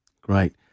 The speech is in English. Great